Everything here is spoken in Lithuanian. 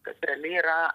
kad realiai yra